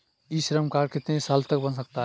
ई Shram card कितने साल तक बन सकता है?